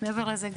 מעבר לזה,